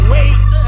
Wait